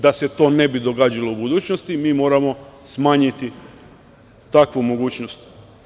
Da se to ne bi događalo u budućnosti, mi moramo smanjiti takvu mogućnost.